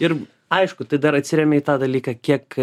ir aišku tai dar atsiremia į tą dalyką kiek